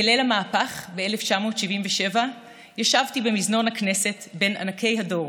בליל המהפך ב-1977 ישבתי במזנון הכנסת בין ענקי הדור,